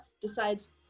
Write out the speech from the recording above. decides